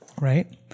Right